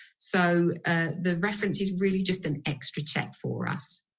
so ah the reference is really just an extra check for us.